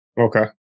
okay